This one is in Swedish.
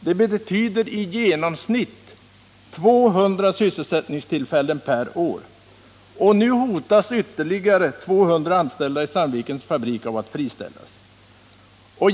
Det betyder i genomsnitt 200 sysselsättningstillfällen per år. Och nu hotas ytterligare 200 anställda i Sandvikens fabrik av friställning.